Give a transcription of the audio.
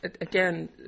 again